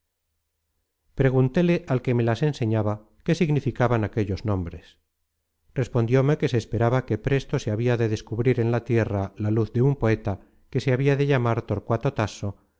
preguntéle al que me las enseñaba qué significaban aquellos nombres respondióme que se esperaba que presto se habia de descubrir en la tierra la luz de un poeta que se habia de llamar torcuato tasso